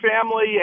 family